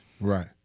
Right